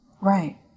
Right